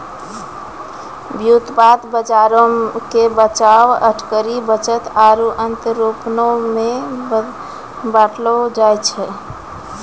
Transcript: व्युत्पादन बजारो के बचाव, अटकरी, बचत आरु अंतरपनो मे बांटलो जाय छै